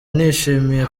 nishimiye